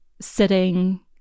sitting